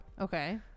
Okay